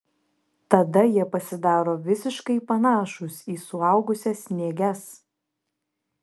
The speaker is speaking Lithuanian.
tada jie pasidaro visiškai panašūs į suaugusias nėges